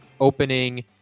opening